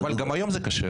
אבל גם היום הם כשרים.